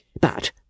But